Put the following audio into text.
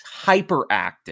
hyperactive